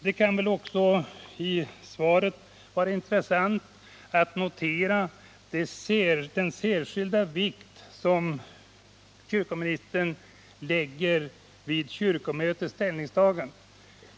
Det kan också vara intressant att notera den särskilda vikt som kyrkomi nistern i svaret lägger vid kyrkomötets ställningstagande.